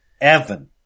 Evan